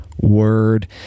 word